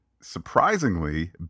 surprisingly